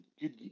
good